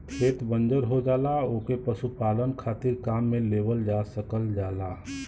खेत बंजर हो जाला ओके पशुपालन खातिर काम में लेवल जा सकल जाला